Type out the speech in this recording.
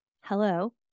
hello